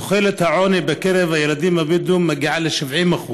תחולת העוני בקרב הילדים הבדואים מגיעה ל-70%,